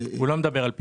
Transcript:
הוא לא מדבר על פיתוח.